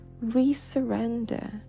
re-surrender